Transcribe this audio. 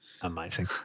Amazing